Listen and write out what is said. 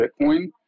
Bitcoin